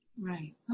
Right